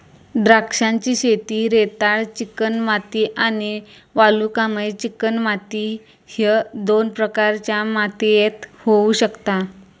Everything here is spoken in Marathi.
द्राक्षांची शेती रेताळ चिकणमाती आणि वालुकामय चिकणमाती ह्य दोन प्रकारच्या मातीयेत होऊ शकता